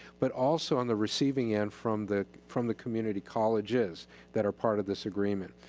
but also on the receiving end from the from the community colleges that are part of this agreement.